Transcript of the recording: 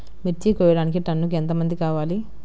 మిర్చి కోయడానికి టన్నుకి ఎంత మంది కావాలి?